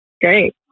Great